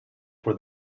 for